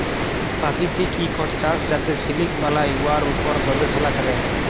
পাকিতিক ইকট চাষ যাতে সিলিক বালাই, উয়ার উপর গবেষলা ক্যরে